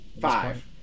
Five